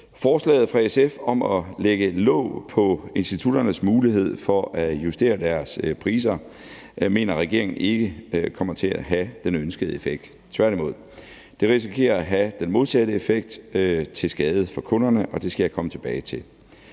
Forslaget fra SF om at lægge et lå på institutternes mulighed for at justere deres priser mener regeringen ikke kommer til at have den ønskede effekt, tværtimod. Det risikerer at have den modsatte effekt til skade for kunderne, og det skal jeg komme tilbage til.